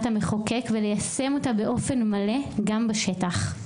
המחוקק וליישם אותה באופן מלא גם בשטח.